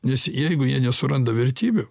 nes jeigu jie nesuranda vertybių